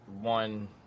one